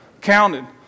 Counted